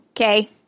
okay